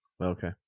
Okay